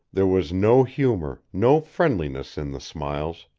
there was no humor, no friendliness in the smiles.